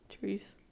Trees